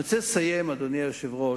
אני רוצה לסיים, אדוני היושב-ראש,